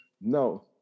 No